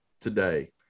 today